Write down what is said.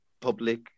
public